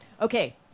Okay